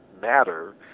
matter